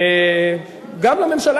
גם לממשלה,